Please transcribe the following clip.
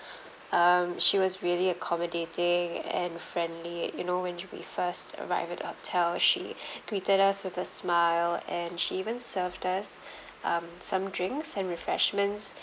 um she was really accommodating and friendly you know when we first arrived at the hotel she greeted us with a smile and she even served us um some drinks and refreshments